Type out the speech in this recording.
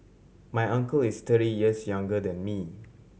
my uncle is thirty years younger than me